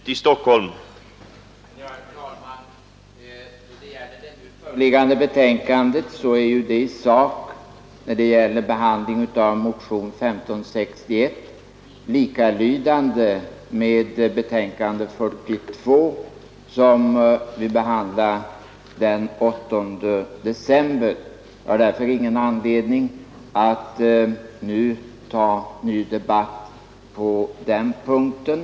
Herr talman! I det nu föreliggande betänkandet är behandlingen av motionen nr 1561 likalydande med behandlingen av samma motion i betänkandet nr 42, som vi behandlade den 8 december. Jag har därför ingen anledning att nu ta upp en ny debatt på den punkten.